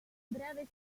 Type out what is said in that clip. breve